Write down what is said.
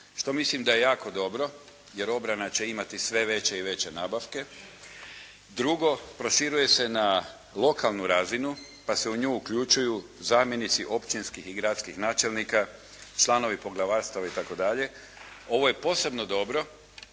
što mislim da je jako dobro jer obrana će imati sve veće i veće nabavke. Drugo, proširuje se na lokalnu razinu pa se u nju uključuju zamjenici općinskih i gradskih načelnika, članovi poglavarstava itd. Ovo je posebno dobro